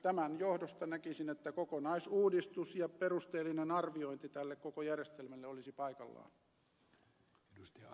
tämän johdosta näkisin että kokonaisuudistus ja perusteellinen arviointi tälle koko järjestelmälle olisi paikallaan